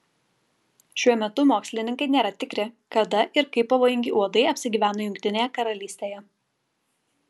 šiuo metu mokslininkai nėra tikri kada ir kaip pavojingi uodai apsigyveno jungtinėje karalystėje